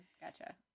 Gotcha